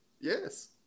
Yes